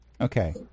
Okay